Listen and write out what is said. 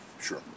Sure